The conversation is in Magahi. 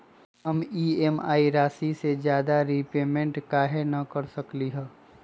हम ई.एम.आई राशि से ज्यादा रीपेमेंट कहे न कर सकलि ह?